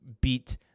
beat